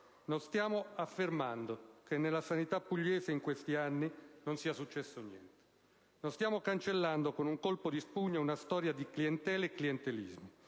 non stiamo affermando che nella sanità pugliese in questi anni non sia successo niente. Non stiamo cancellando con un colpo di spugna una storia di clientele e clientelismi,